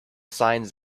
signs